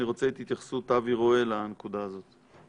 אני רוצה את התייחסות אבי רואה לנקודה הזאת.